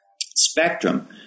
spectrum